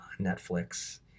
Netflix